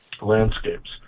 landscapes